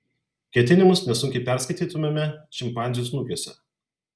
ketinimus nesunkiai perskaitytumėme šimpanzių snukiuose